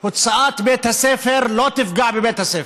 והוצאתם לא תפגע בבית הספר,